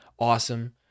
awesome